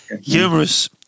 humorous